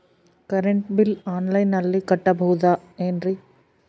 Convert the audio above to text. Current bill ಆನ್ಲೈನಿನಲ್ಲಿ ಕಟ್ಟಬಹುದು ಏನ್ರಿ?